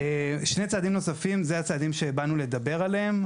שני צעדים נוספים זה הצעדים שבאנו לדבר עליהם.